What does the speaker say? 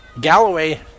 Galloway